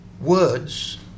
words